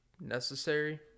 necessary